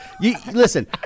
Listen